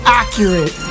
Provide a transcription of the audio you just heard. accurate